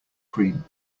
cream